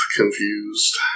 confused